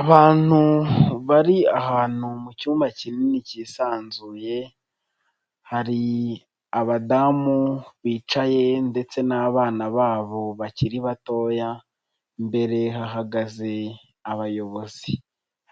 Abantu bari ahantu mu cyumba kinini kisanzuye hari abadamu bicaye ndetse n'abana babo bakiri batoya, imbere hahagaze abayobozi,